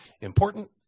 important